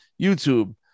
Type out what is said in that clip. YouTube